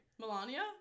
Melania